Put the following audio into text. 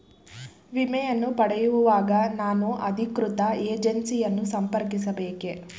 ವಿಮೆಯನ್ನು ಪಡೆಯುವಾಗ ನಾನು ಅಧಿಕೃತ ಏಜೆನ್ಸಿ ಯನ್ನು ಸಂಪರ್ಕಿಸ ಬೇಕೇ?